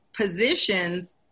positions